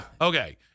Okay